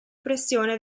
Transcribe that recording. pressione